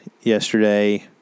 yesterday